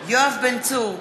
יואב בן צור,